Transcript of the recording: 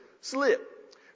slip